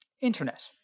Internet